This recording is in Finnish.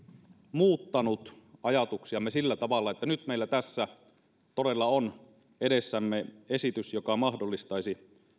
muuttanut ajatuksiamme sillä tavalla että nyt meillä tässä todella on edessämme esitys joka mahdollistaisi